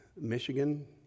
Michigan